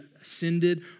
ascended